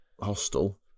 hostel